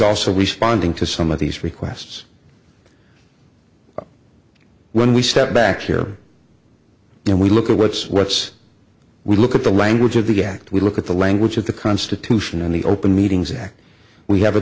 also responding to some of these requests when we step back here then we look at what's what's we look at the language of the act we look at the language of the constitution and the open meetings act we have a